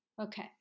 Okay